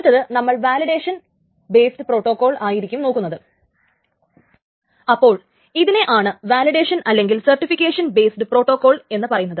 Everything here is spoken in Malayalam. അപ്പോൾ ഇതിനെ ആണ് വാലിഡേഷൻ അല്ലെങ്കിൽ സർട്ടിഫിക്കേഷൻ ബേസ്ഡ് പ്രോട്ടോകോൾ എന്ന് പറയുന്നത്